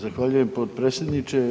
Zahvaljujem potpredsjedniče.